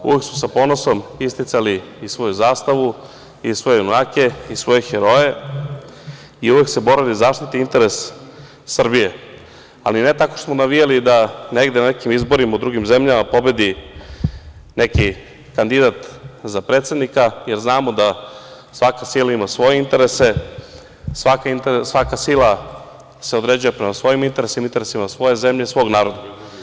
Uvek su sa ponosom isticali i svoju zastavu i svoje junake i svoje heroje i uvek se borila da zaštiti interes Srbije, ali ne tako što smo navijali da negde na nekim izborima u drugim zemljama pobedi neki kandidat za predsednika, jer znamo da svaka sila ima svoje interese, svaka sila se određuje prema svojim interesima i interesima svoje zemlje i svog naroda.